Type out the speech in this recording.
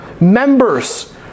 members